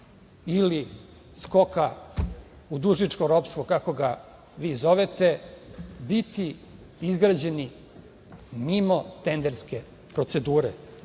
ili skoka u dužničko ropstvo kako ga vi zovete, biti izgrađeni mimo tenderske procedure